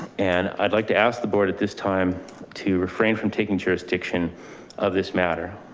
and i'd like to ask the board at this time to refrain from taking jurisdiction of this matter.